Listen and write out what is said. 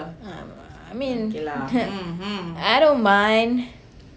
uh I mean !huh! I don't mind